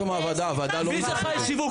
מי זה חי שיווק?